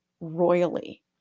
royally